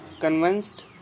Convinced